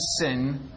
Sin